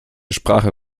sprache